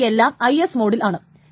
ഇവ എല്ലാം IS മോഡിൽ ആണ്